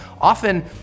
often